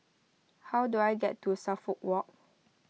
how do I get to Suffolk Walk